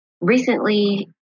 recently